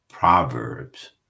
Proverbs